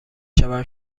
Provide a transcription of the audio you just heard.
شوم